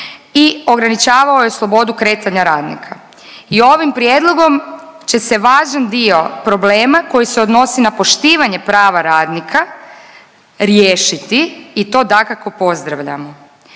i ograničavao je slobodu kretanja radnika i ovim prijedlogom će se važan dio problema koji se odnosi na poštivanje prava radnika riješiti i to dakako pozdravljamo.